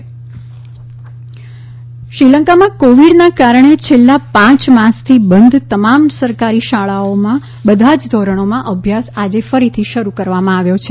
કોલંબો સ્ક્લ શ્રીલંકામાં કોવિડના કારણે છેલ્લા પાંચ માસથી બંધ તમામ સરકારી શાળાઓમાં બધા જ ધોરણીમાં અભ્યાસ આજે ફરીથી શરૂ કરવામાં આવ્યો છે